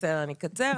בסדר, אני אקצר.